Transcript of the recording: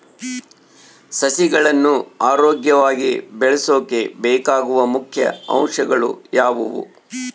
ಸಸಿಗಳನ್ನು ಆರೋಗ್ಯವಾಗಿ ಬೆಳಸೊಕೆ ಬೇಕಾಗುವ ಮುಖ್ಯ ಅಂಶಗಳು ಯಾವವು?